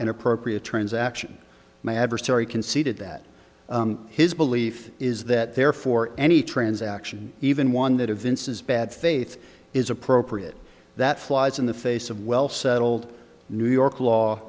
an appropriate transaction my adversary conceded that his belief is that therefore any transaction even one that evinces bad faith is appropriate that flies in the face of well settled new york law